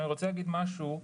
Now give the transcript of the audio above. אני רוצה להגיד משהו.